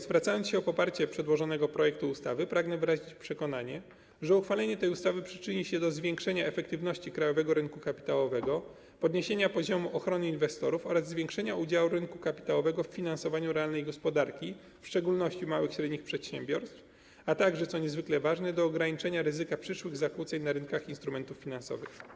Zwracając się o poparcie przedłożonego projektu ustawy, pragnę wyrazić przekonanie, że uchwalenie tej ustawy przyczyni się do zwiększenia efektywności krajowego rynku kapitałowego, podniesienia poziomu ochrony inwestorów oraz zwiększenia udziału rynku kapitałowego w finansowaniu realnej gospodarki, w szczególności małych i średnich przedsiębiorstw, a także, co niezwykle ważne, do ograniczenia ryzyka przyszłych zakłóceń na rynkach instrumentów finansowych.